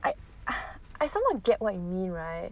I I somewhat get what you mean right